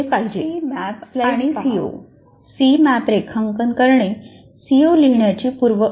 C map आणि CO C map रेखांकन करणे सीओ लिहिण्याची पूर्वअट नाही